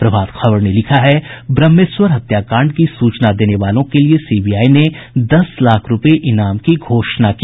प्रभात खबर ने लिखा है ब्रह्मेश्वर हत्याकांड की सूचना देने वालों के लिए सीबीआई ने दस लाख रूपये ईनाम की घोषणा की